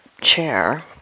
chair